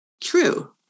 true